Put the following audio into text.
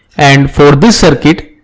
and for this circuit,